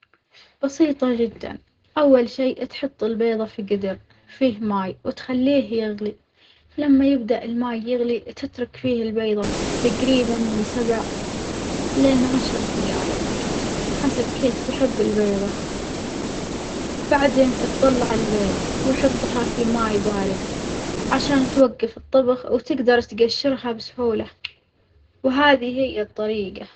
بسيطة جدًا أول شي تحط البيظة في جدر فيه ماي وتخليه يغلي، لما يبدأ الماي يغلي تترك فيه البيظة تجريبًا من سبع لين عشر دجايج حسب كيف تحب البيظة، بعدين تطلع البيظة وحطها في ماي بارد عشان توجف الطبخ وتجدر تجشرها بسهولة، وهذي هي الطريجة.